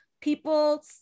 People